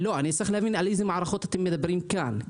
אני צריך להבין על איזה מערכות אתם מדברים כאן.